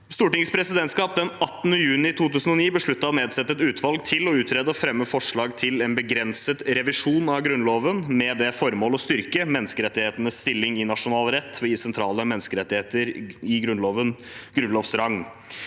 Stortingets presidentskap besluttet den 18. juni 2009 å nedsette et utvalg til å utrede og fremme forslag til en begrenset revisjon av Grunnloven, med det formål å styrke menneskerettighetenes stilling i nasjonal rett ved å gi sentrale menneskerettigheter grunnlovs rang.